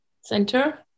center